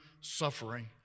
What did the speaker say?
suffering